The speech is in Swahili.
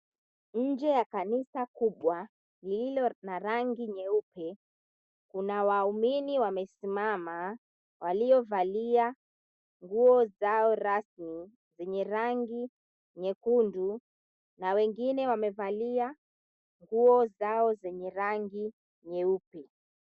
Nje ya kanisa kubwa, lililo na rangi nyeupe, kuna waumini wamesimama waliovalia nguo zao rasmi zenye rangi nyekundu na wengine wamevalia nguo zao zenye rangi nyeupe.